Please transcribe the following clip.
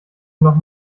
noch